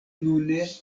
nune